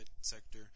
sector